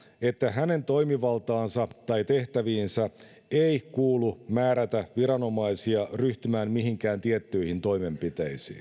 että hänen toimivaltaansa tai tehtäviinsä ei kuulu määrätä viranomaisia ryhtymään mihinkään tiettyihin toimenpiteisiin